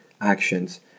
actions